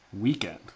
weekend